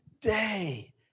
day